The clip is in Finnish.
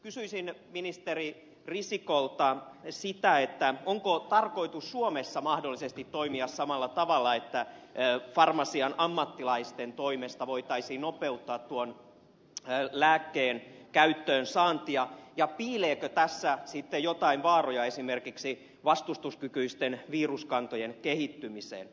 kysyisin ministeri risikolta sitä onko tarkoitus suomessa mahdollisesti toimia samalla tavalla että farmasian ammattilaisten toimesta voitaisiin nopeuttaa tuon lääkkeen käyttöönsaantia ja piileekö tässä sitten jotain vaaroja esimerkiksi vastustuskykyisten viruskantojen kehittyminen